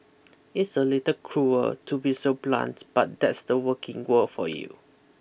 it's a little cruel to be so blunt but that's the working world for you